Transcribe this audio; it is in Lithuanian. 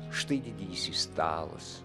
štai didysis stalas